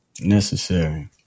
Necessary